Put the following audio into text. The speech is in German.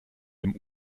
dem